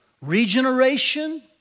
regeneration